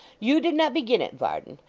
you did not begin it, varden!